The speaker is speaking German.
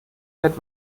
nicht